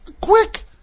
quick